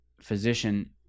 physician